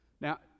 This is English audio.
Now